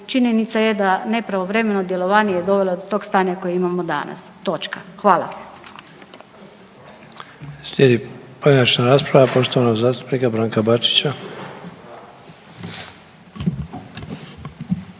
činjenica je da nepravovremeno djelovanje je dovelo do tog stanja koje imamo danas točka. Hvala.